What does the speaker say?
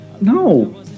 No